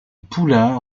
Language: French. poulain